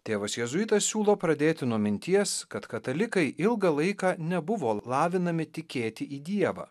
tėvas jėzuitas siūlo pradėti nuo minties kad katalikai ilgą laiką nebuvo lavinami tikėti į dievą